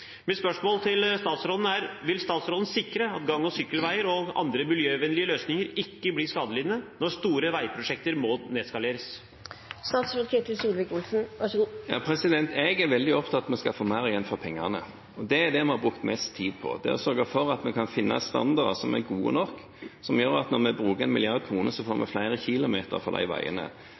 Mitt spørsmål til statsråden er: Vil statsråden sikre at gang- og sykkelveier og andre miljøvennlige løsninger ikke blir skadelidende når store veiprosjekter må nedskaleres? Jeg er veldig opptatt av at vi skal få mer igjen for pengene. Det er det vi har brukt mest tid på – å sørge for at vi kan finne standarder som er gode nok, og som gjør at når vi bruker 1 mrd. kr, så får vi flere kilometer for de